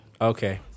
okay